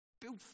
Build